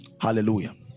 hallelujah